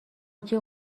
جیغ